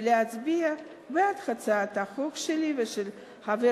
ולהצביע בעד הצעת החוק שלי ושל חבר